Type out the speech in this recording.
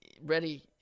ready